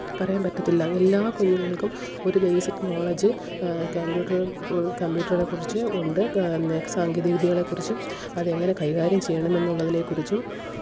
പറയാൻ പറ്റത്തില്ല എല്ലാ കുഞ്ഞുങ്ങള്ക്കും ഒരു ബേസിക് നോളജ് കമ്പ്യൂട്ടറുകള് കമ്പ്യൂട്ടറുകളെ കുറിച്ച് ഉണ്ട് സാങ്കേതികവിദ്യകളെ കുറിച്ചും അതെങ്ങനെ കൈകാര്യം ചെയ്യണമെന്നുള്ളതിനെ കുറിച്ചും